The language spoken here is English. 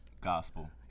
Gospel